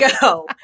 go